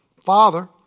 father